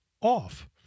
off